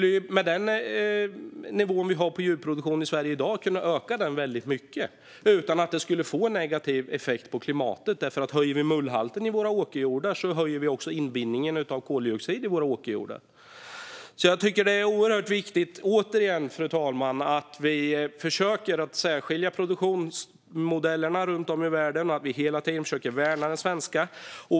Med den nivå vi i dag har på djurproduktion i Sverige skulle vi kunna öka mullhalten mycket utan att det skulle få negativ effekt på klimatet. Höjer vi mullhalten i åkerjordarna höjer vi nämligen även inbindningen av koldioxid. Jag tycker återigen, fru talman, att det är oerhört viktigt att vi försöker särskilja de olika produktionsmodellerna som finns runt om i världen. Vi måste hela tiden försöka värna den svenska.